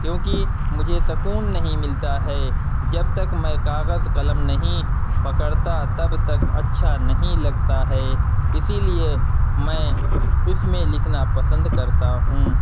کیونکہ مجھے سکون نہیں ملتا ہے جب تک میں کاغذ قلم نہیں پکڑتا تب تک اچھا نہیں لگتا ہے اسی لیے میں اس میں لکھنا پسند کرتا ہوں